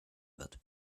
wird